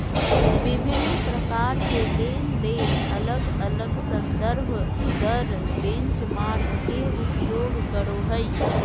विभिन्न प्रकार के लेनदेन अलग अलग संदर्भ दर बेंचमार्क के उपयोग करो हइ